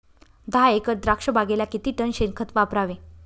दहा एकर द्राक्षबागेला किती टन शेणखत वापरावे?